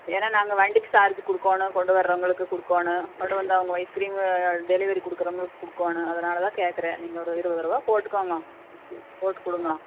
ஏன்னா நாங்கள் வண்டிக்கு சார்ஜ் குடுக்கணும் கொண்டு வரவங்களுக்கு குடுக்கணும் கொண்டு வந்து அவங்க ஐஸ்கிரீமு டெலிவரி குடுக்குறவங்குளுக்கு குடுக்கணும் அதனால் தான் கேட்குறேன் நீங்கள் ஒரு இருபதுரூபா போட்டுக்கோங்க போட்டுக்குடுங்க